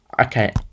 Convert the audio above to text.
Okay